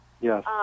Yes